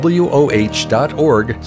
woh.org